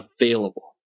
available